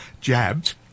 jabbed